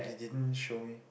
didn't show me